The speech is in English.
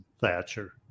Thatcher